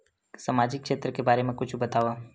सामजिक क्षेत्र के बारे मा कुछु बतावव?